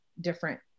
different